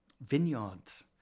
vineyards